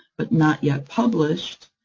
but not yet published,